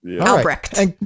Albrecht